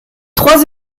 trois